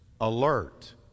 alert